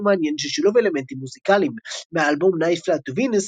ומעניין של שילוב אלמנטים מוזיקליים" מהאלבום Nightflight to Venus,